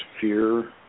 fear